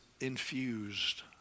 infused